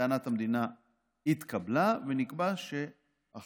טענת המדינה התקבלה, ונקבע שאכן